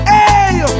Hey